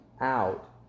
out